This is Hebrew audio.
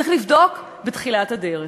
צריך לבדוק בתחילת הדרך.